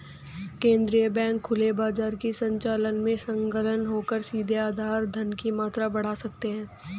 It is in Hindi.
केंद्रीय बैंक खुले बाजार के संचालन में संलग्न होकर सीधे आधार धन की मात्रा बढ़ा सकते हैं